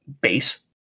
base